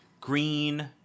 green